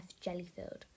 Jelly-filled